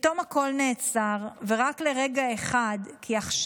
פתאום הכול נעצר, ורק לרגע אחד,